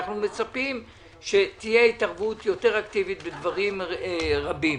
אנחנו מצפים שתהיה התערבות יותר אקטיבית בדברים רבים.